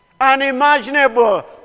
Unimaginable